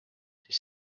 siis